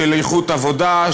של איכות עבודה,